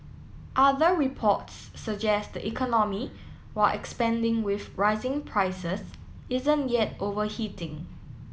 other reports suggest the economy while expanding with rising prices isn't yet overheating